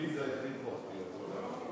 עליזה, אותי.